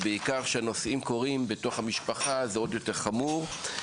ובעיקר כשהנושאים קורים בתוך המשפחה זה עוד יותר חמור.